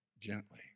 gently